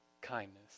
kindness